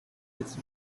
its